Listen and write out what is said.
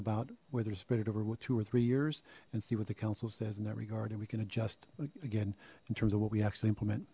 about whether it spread it over with two or three years and see what the council says in that regard and we can adjust again in terms of what we actually implement